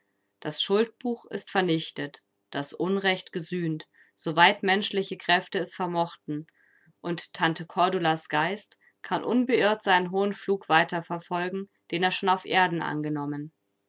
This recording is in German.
das schuldbuch ist vernichtet das unrecht gesühnt soweit menschliche kräfte es vermochten und tante cordulas geist kann unbeirrt seinen hohen flug weiter verfolgen den er schon auf erden angenommen